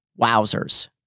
Wowzers